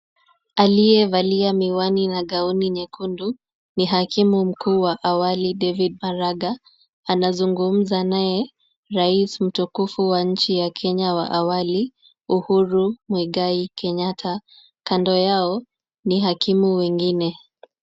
Aliyevalia miwani na gauni nyekundu, ni hakimu mkuu wa awali David Maraga. Anazungumza naye rais mtukufu wa nchi ya Kenya wa awali, Uhuru Muigai Kenyatta. Kando yao ni hakimu wengine.